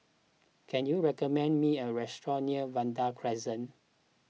can you recommend me a restaurant near Vanda Crescent